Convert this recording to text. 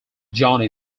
johnny